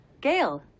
Gail